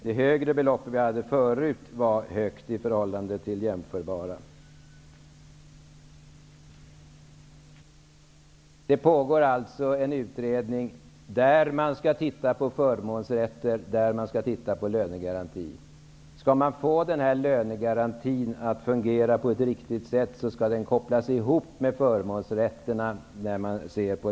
Det högre belopp som vi hade tidigare var högt i jämförelse. Det pågår alltså en utredning där man skall titta på förmånsrätter och lönegaranti. Om man skall få lönegarantin att fungera på ett riktigt sätt skall den kopplas ihop med förmånsrätterna.